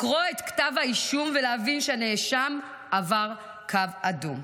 לקרוא את כתב האישום, ולהבין שהנאשם עבר קו אדום".